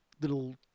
little